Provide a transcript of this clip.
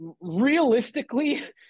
realistically